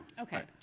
Okay